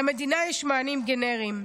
"למדינה יש מענים גנריים,